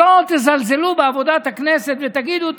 שלא תזלזלו בעבודת הכנסת ותגידו,